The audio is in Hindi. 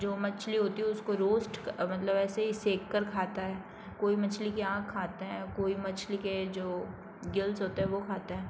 जो मछली होती है उसको रोस्ट मतलब ऐसे ही सेंक कर खाता है कोई मछली की आँख खाते हैं कोई मछली के जो गिल्स होते हैं वह खाते हैं